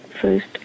first